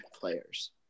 players